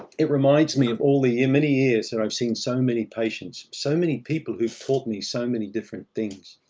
it reminds me of all the many years that i've seen so many patients, so many people who've taught me so many different things.